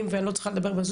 יתייחסו.